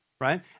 right